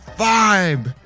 vibe